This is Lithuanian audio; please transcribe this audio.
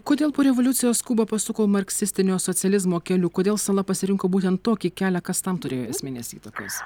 kodėl po revoliucijos kuba pasuko marksistinio socializmo keliu kodėl sala pasirinko būtent tokį kelią kas tam turėjo esminės įtakos